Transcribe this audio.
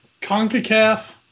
CONCACAF